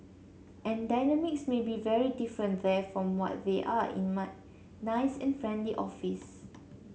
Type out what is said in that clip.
and dynamics may be very different there from what they are in my nice and friendly office